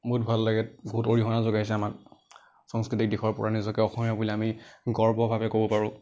বহুত ভাল লাগে বহুত অৰিহণা যোগাইছে আমাক সংস্কৃতিক দিশৰ পৰা নিজকে অসমীয়া বুলি আমি গৰ্বভাৱে ক'ব পাৰোঁ